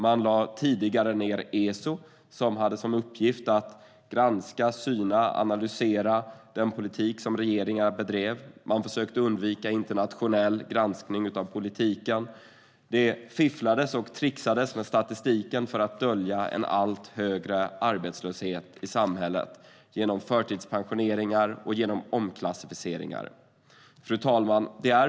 Man lade tidigare ned Eso, som hade till uppgift att granska, syna och analysera den politik som regeringar bedrev. Man försökte undvika internationell granskning av politiken. Det fifflades och trixades med statistiken för att dölja en allt högre arbetslöshet i samhället genom förtidspensioneringar och omklassificeringar.